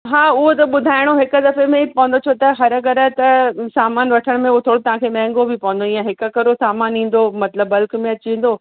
हा उहो त ॿुधाइणो हिक दफ़े में ई पवंदो छो त हर घर त सामान वठण में उहो थोरो तव्हांखे महांगो बि पवंदो ईअं हिक करे सामान ईंदो मतिलबु बल्क में अची वेंदो